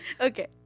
Okay